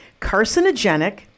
carcinogenic